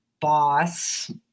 boss